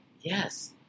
Yes